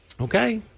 Okay